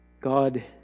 God